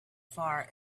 far